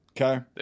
Okay